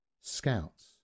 Scouts